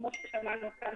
כמו ששמענו כאן,